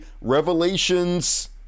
Revelations